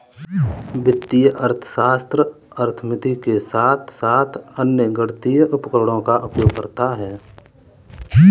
वित्तीय अर्थशास्त्र अर्थमिति के साथ साथ अन्य गणितीय उपकरणों का उपयोग करता है